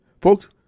Folks